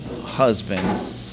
husband